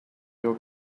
your